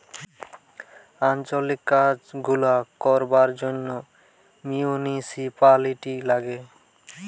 আঞ্চলিক কাজ গুলা করবার জন্যে মিউনিসিপালিটি লাগে